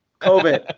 COVID